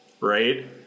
right